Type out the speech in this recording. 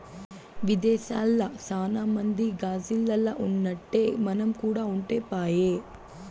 విదేశాల్ల సాన మంది గాజిల్లల్ల ఉన్నట్టే మనం కూడా ఉంటే పాయె